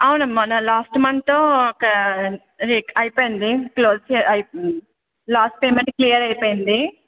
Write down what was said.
అవునమ్మ నాది last month ఒక అది అయిపోయింది క్లోజ్ చే అయి లాస్ట్ పేమెంట్ క్లియర్ అయిపోయింది